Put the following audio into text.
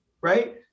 right